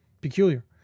peculiar